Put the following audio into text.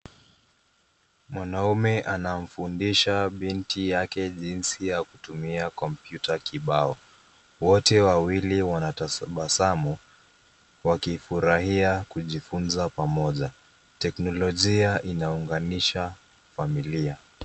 Mwanamme anamfundisha binti yake jinsi ya kutumia kompyuta kibao. Wote wawili wanatabasamu wakifurahia kujifunza pamoja. Teknolojia inaunganisha familia.